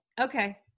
okay